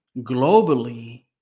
Globally